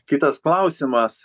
kitas klausimas